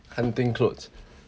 hunting clothes